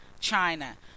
China